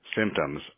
symptoms